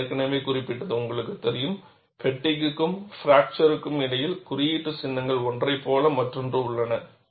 நான் ஏற்கனவே குறிப்பிட்டது உங்களுக்குத் தெரியும் ஃப்பெட்டிக்க்கும் பிராக்சர்க்கும் இடையில் குறீயீட்டுச் சின்னங்கள் ஒன்றை போல மற்றொன்று உள்ளன